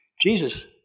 Jesus